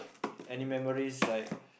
any memories like